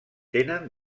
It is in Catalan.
tenen